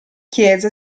chiese